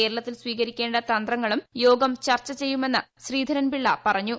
കേരളത്തിൽ സ്വീകരിക്കേണ്ട തന്ത്ര ങ്ങളും യോഗം ചർച്ച ചെയ്യുമെന്ന് ശ്രീധരൻ പിള്ള പറഞ്ഞു